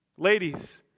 Ladies